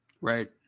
Right